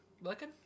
Looking